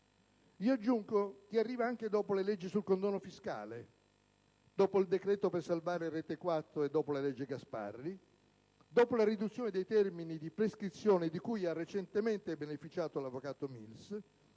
Aggiungo che esso arriva anche dopo le leggi sul condono fiscale, dopo il decreto per salvare Retequattro e dopo la legge Gasparri, dopo la riduzione dei termini di prescrizione di cui ha recentemente beneficiato l'avvocato Mills,